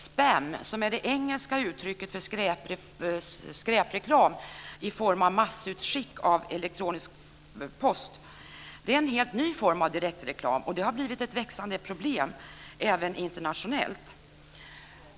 Spam, som är det engelska uttrycket för skräpreklam i form av massutskick av elektronisk post, är en helt ny form av direktreklam som har blivit ett växande problem, även internationellt.